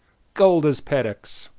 cold as paddocks!